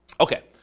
Okay